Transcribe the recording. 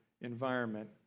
environment